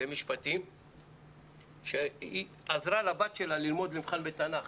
למשפטים שעזרה לבת שלה ללמוד למבחן בתנ"ך.